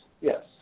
yes